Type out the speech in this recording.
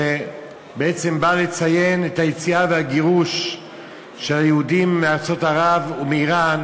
שבעצם בא לציין את היציאה והגירוש של היהודים מארצות ערב ומאיראן,